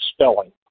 spelling